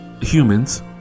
humans